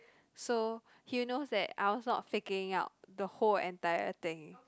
so he knows that I was not faking out the whole entire thing